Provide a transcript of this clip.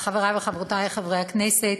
חברי וחברותי חברי הכנסת,